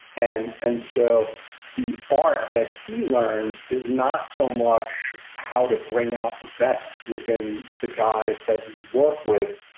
and and so the art that he learns is not so much how to bring out the best within the guys that you work with,